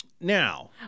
Now